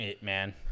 man